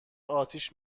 آتیش